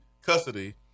custody